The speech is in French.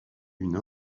une